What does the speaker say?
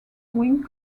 wing